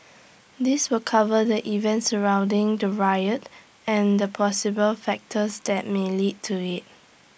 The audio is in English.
this will cover the events surrounding the riot and the possible factors that may led to IT